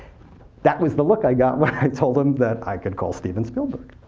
that was the look i got when i told them that i could call steven spielberg.